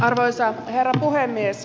arvoisa herra puhemies